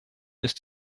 ist